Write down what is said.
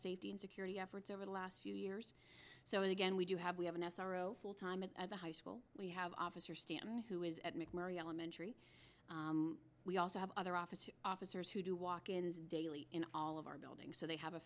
safety and security efforts over the last few years so again we do have we have an s r o full time at the high school we have officer stanton who is at mcmurray elementary we also have other officers officers who do walk ins daily in all of our buildings so they have a